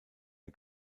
der